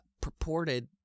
purported